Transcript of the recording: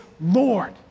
Lord